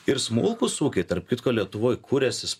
ir smulkūs ūkiai tarp kitko lietuvoj kūręsis